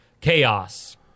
chaos